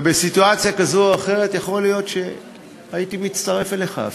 ובסיטואציה כזו או אחרת יכול להיות שהייתי מצטרף אליך אפילו,